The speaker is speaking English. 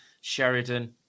Sheridan